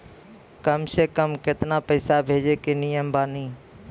कम से कम केतना पैसा भेजै के नियम बानी?